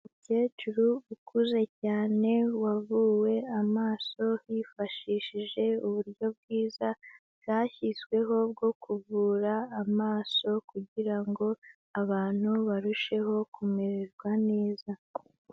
Umukecuru ukuze cyane wavuwe amaso hifashishije uburyo bwiza bwashyizweho bwo kuvura amaso kugira ngo abantu barusheho kumererwa neza.